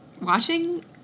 watching